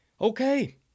okay